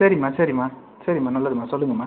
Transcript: சரிம்மா சரிம்மா சரிம்மா நல்லதும்மா சொல்லுங்கம்மா